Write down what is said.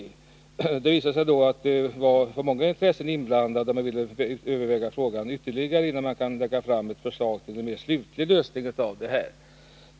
Det visade sig då att det var många intressen inblandade, och man ville överväga frågan ytterligare innan man kunde lägga fram ett förslag till en mera slutlig lösning.